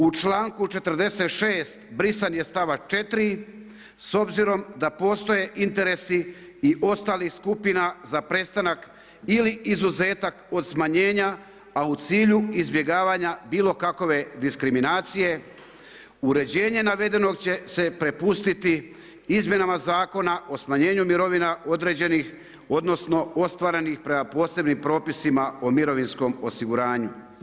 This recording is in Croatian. U članku 46. brisan je stavak 4. S obzirom da postoje interesi i ostalih skupina za prestanak ili izuzetak od smanjenja a u cilju izbjegavanja bilo kakove diskriminacije, uređenje navedenog će se prepustiti izmjenama Zakona o smanjenju mirovina određenih, odnosno ostvarenih prema posebnim propisima o mirovinskom osiguranju.